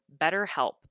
BetterHelp